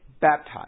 baptized